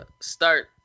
start